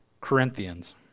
Corinthians